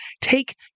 take